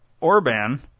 Orban